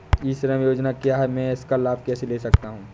ई श्रम योजना क्या है मैं इसका लाभ कैसे ले सकता हूँ?